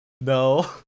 no